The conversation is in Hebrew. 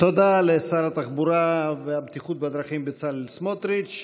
תודה לשר התחבורה והבטיחות בדרכים בצלאל סמוטריץ'.